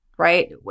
right